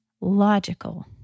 logical